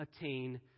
attain